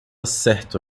certo